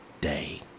day